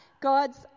God's